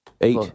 Eight